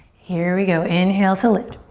here we go, inhale to lift.